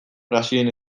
brasilen